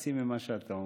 חצי-חצי ממה שאתה אומר.